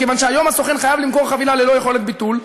כיוון שהיום הסוכן חייב למכור חבילה ללא יכולת ביטול,